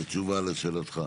בתשובה לשאלתך.